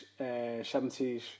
70s